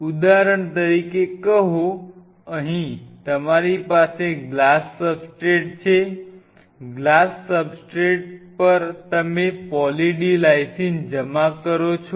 ઉદાહરણ તરીકે કહો અહીં તમારી પાસે ગ્લાસ સબસ્ટ્રેટ છે ગ્લાસ સબસ્ટ્રેટ પર તમે પોલી D લાઈસિન જમા કરો છો